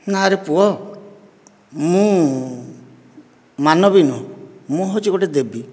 ନା ରେ ପୁଅ ମୁଁ ମାନଵୀ ନୁହେଁ ମୁଁ ହେଉଛି ଗୋଟିଏ ଦେବୀ